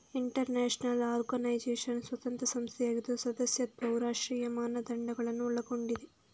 inter national organisation ಸ್ವತಂತ್ರ ಸಂಸ್ಥೆಯಾಗಿದ್ದು ಸದಸ್ಯತ್ವವು ರಾಷ್ಟ್ರೀಯ ಮಾನದಂಡಗಳನ್ನು ಒಳಗೊಂಡಿದೆ